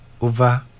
over